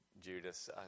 Judas